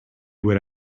would